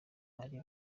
ari